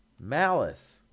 malice